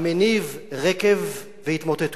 המניב רקב והתמוטטות.